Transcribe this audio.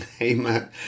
Amen